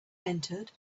entered